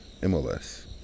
MLS